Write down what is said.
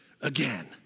again